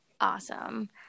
awesome